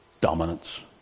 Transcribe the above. dominance